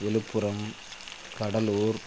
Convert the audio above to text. Villupuram Cuddalore